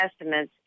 estimates